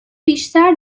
بیشتر